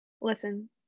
Listen